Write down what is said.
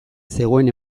zegoen